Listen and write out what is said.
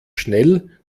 schnell